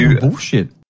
bullshit